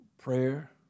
prayer